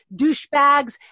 douchebags